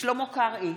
שלמה קרעי,